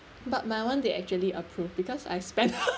but my [one] they actually approve because I spend